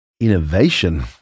innovation